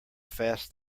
fast